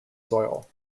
soil